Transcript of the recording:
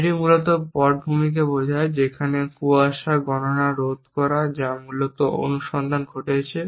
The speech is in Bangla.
এটি মূলত পটভূমিতে বোঝায় সেখানে কুয়াশা গণনা রোধ করা যা মূলত অনুসন্ধান ঘটছে